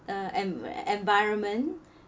uh en~ environment